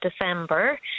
December